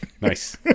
Nice